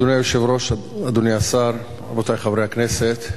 אדוני היושב-ראש, אדוני השר, רבותי חברי הכנסת,